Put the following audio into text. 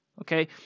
okay